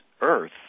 earth